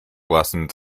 lessons